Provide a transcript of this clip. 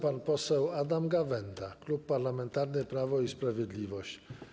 Pan poseł Adam Gawęda, Klub Parlamentarny Prawo i Sprawiedliwość.